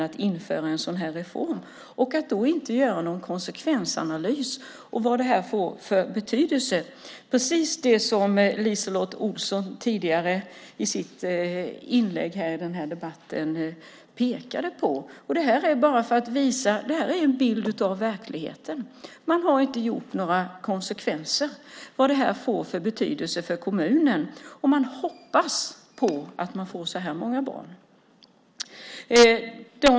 Att då inte göra någon konsekvensanalys av reformen och vilken betydelse den får är, som LiseLotte Olsson påpekade i sitt inlägg, märkligt. Detta är en bild av verkligheten. Man har inte gjort några analyser av vad detta får för betydelse för kommunen om man hoppas att man får så här många barn.